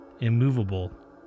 immovable